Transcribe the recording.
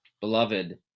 Beloved